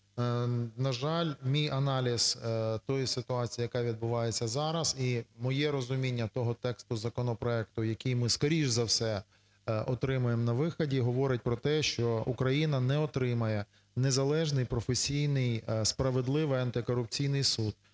На жаль, мій аналіз тієї ситуації, яка відбувається зараз і моє розуміння того тексту законопроекту, який ми, скоріш за все, отримаємо на виході говорить про те, що Україна не отримає незалежний, професійний, справедливий антикорупційний суд.